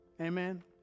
Amen